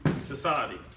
society